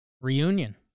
Reunion